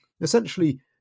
Essentially